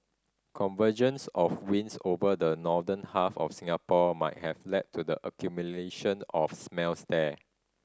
convergence of winds over the northern half of Singapore might have led to the accumulation of smells there